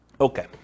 Okay